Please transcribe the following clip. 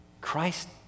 Christ